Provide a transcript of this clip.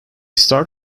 start